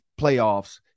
playoffs